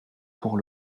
pour